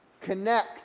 connect